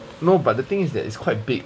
no but the thing is that it's quite big